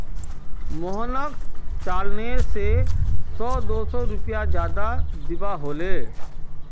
मोहनक चालानेर के दो सौ रुपए ज्यादा दिबा हले